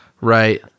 right